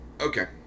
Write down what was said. Okay